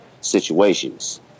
situations